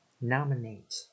Nominate